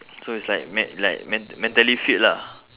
so it's like me~ like me~ mentally fit lah